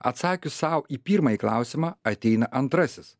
atsakius sau į pirmąjį klausimą ateina antrasis